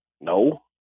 No